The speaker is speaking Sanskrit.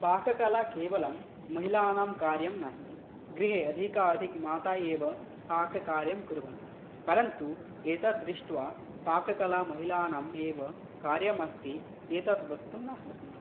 पाककला केवलं महिलानां कार्यं नास्ति गृहे अधिकाधिकं माता एव पाककार्यं कुर्वन्ति परन्तु एतद् दृष्ट्वा पाककला महिलानामेव कार्यमस्ति एतत् वक्तुं न शक्नोमि